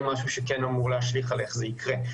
משהו שכן אמור להשליך על איך זה יקרה.